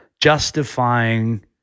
justifying